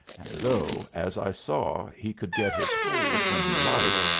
and though, as i saw, he could get his hold when he liked,